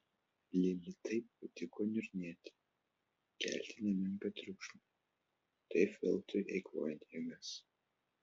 lilitai patiko niurnėti kelti nemenką triukšmą taip veltui eikvojant jėgas